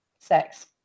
sex